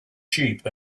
sheep